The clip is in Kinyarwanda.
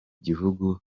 gihugu